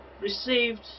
received